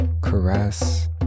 caress